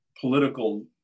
political